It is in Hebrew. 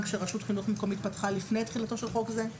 שרשות חינוך מקומית פתחה לפני תחילתו של חוק זה,